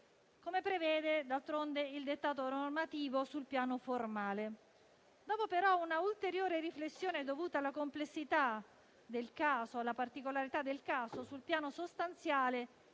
come prevede d'altronde il dettato normativo sul piano formale. Tuttavia, dopo un'ulteriore riflessione dovuta alla complessità e particolarità del caso sul piano sostanziale,